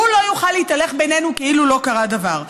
הוא לא יוכל להתהלך בינינו כאילו לא קרה דבר,